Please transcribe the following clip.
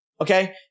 Okay